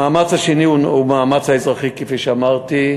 המאמץ השני הוא המאמץ האזרחי, כפי שאמרתי.